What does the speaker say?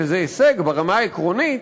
וזה הישג ברמה העקרונית,